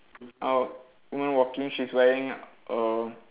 uh one walking she's wearing err